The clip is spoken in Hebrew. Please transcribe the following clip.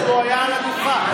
הוא היה על הדוכן.